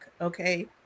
okay